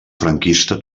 franquista